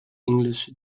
english